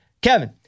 Kevin